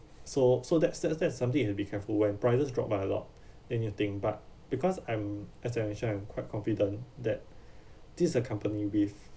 so so that's that's that's something to be careful when prices drop by a lot anything but because I'm as I mention I'm quite confident that these are company with